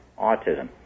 autism